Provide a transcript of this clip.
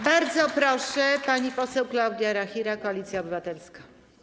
Bardzo proszę, pani poseł Klaudia Jachira, Koalicja Obywatelska.